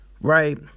right